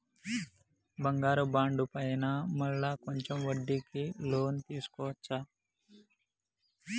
బంగారు బాండు పైన మళ్ళా కొంచెం వడ్డీకి లోన్ తీసుకోవచ్చా?